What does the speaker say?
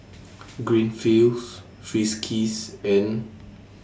Greenfields Friskies and